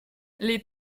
les